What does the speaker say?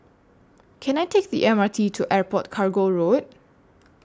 Can I Take The M R T to Airport Cargo Road